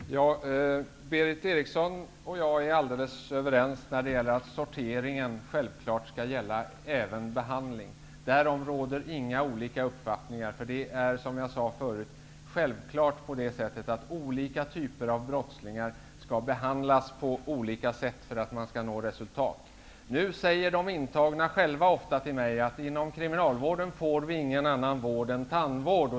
Herr talman! Berith Eriksson och jag är alldeles överens om att sorteringen självfallet skall gälla även behandlingen. Därom råder inga olika uppfattningar. Det är, som jag sade, självklart så att olika typer av brottslingar skall behandlas på olika sätt för att man skall uppnå resultat. Nu säger de intagna ofta själva till mig att de inom kriminalvården inte får någon annan vård än tandvård.